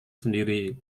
sendiri